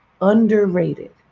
underrated